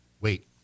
wait